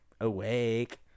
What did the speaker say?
Awake